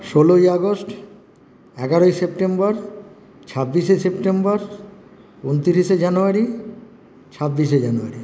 ষোলোই আগস্ট এগারোই সেপ্টেম্বর ছাব্বিশে সেপ্টেম্বর উনত্রিশে জানুয়ারি ছাব্বিশে জানুয়ারি